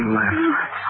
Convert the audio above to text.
left